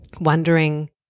wondering